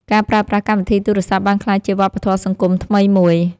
ការប្រើប្រាស់កម្មវិធីទូរសព្ទ បានក្លាយជាវប្បធម៌សង្គមថ្មីមួយ។